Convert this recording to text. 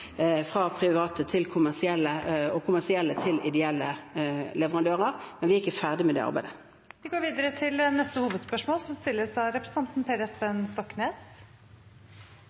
fra private kommersielle til kommersielle ideelle leverandører. Men vi er ikke ferdig med det arbeidet. Vi går videre til neste hovedspørsmål.